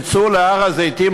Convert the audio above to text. תצאו להר-הזיתים,